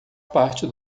parte